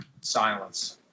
Silence